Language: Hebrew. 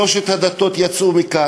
שלוש הדתות יצאו מכאן,